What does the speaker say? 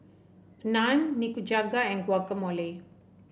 Naan Nikujaga and Guacamole